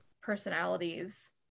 personalities